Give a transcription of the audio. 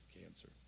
cancer